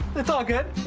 it's all good.